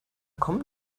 kommen